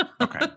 Okay